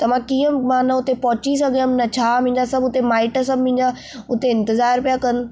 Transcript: त मां कीअं मां न हुते पहुची सघियमि या छा मुंहिंजा सभु हुते माइट सभु मुंहिंजा हुते इंतज़ारु पिया कनि